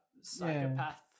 psychopath